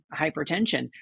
hypertension